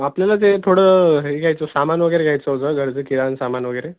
आपल्याला ते थोडं हे घ्यायचं सामान वगैरे घ्यायचं होतं घरचं किराणा सामान वगैरे